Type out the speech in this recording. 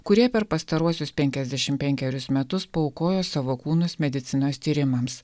kurie per pastaruosius penkiasdešim penkerius metus paaukojo savo kūnus medicinos tyrimams